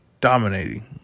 dominating